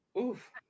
oof